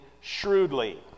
shrewdly